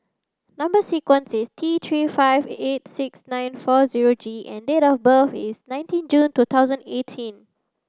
number sequence is T three five eight six nine four zero G and date of birth is nineteen June two thousand eighteen